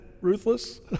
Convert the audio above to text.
Ruthless